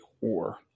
War